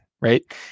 Right